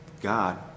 God